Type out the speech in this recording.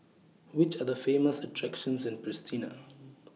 Which Are The Famous attractions in Pristina